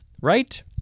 right